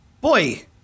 Boy